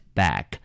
back